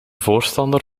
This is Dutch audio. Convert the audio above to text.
voorstander